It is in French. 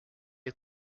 est